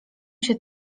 się